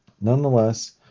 nonetheless